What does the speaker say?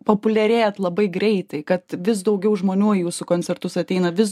populiarėjat labai greitai kad vis daugiau žmonių į jūsų koncertus ateina vis